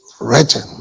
written